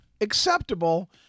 acceptable